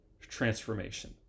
transformation